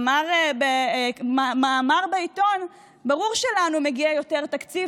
אמר במאמר בעיתון: ברור שלנו מגיע יותר תקציב,